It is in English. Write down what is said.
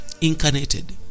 incarnated